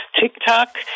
TikTok